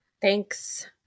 Thanks